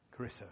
Carissa